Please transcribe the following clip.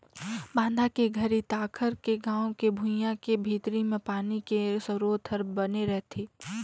बांधा के घरी तखार के गाँव के भुइंया के भीतरी मे पानी के सरोत हर बने रहथे